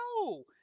no